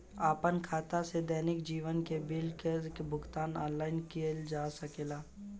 आपन खाता से दैनिक जीवन के बिल के भुगतान आनलाइन कइल जा सकेला का?